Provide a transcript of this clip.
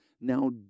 Now